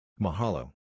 Mahalo